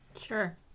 Sure